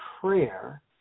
prayer